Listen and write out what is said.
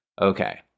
okay